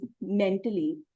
mentally